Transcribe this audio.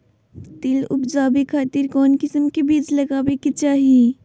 तिल उबजाबे खातिर कौन किस्म के बीज लगावे के चाही?